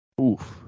Oof